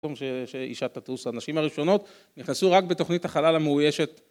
שאישה תטוס הנשים הראשונות נכנסו רק בתוכנית החלל המאוישת